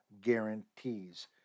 guarantees